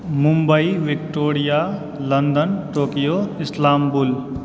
Mumbai Victoria London Tokyo Istanbul